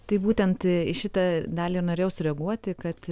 tai būtent į šitą dalį ir norėjau sureaguoti kad